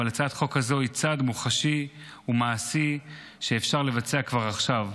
אבל הצעת החוק הזו היא צעד מוחשי ומעשי שאפשר לבצע כבר עכשיו.